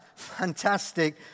fantastic